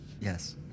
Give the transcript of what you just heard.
Yes